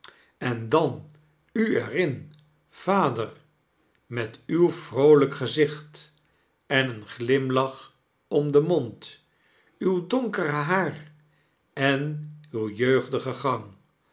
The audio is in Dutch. en dan'u er in vader met uw vroolijk gezicht en een glimlach om den mond uw donkere haar en uw jeugdigen